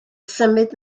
symud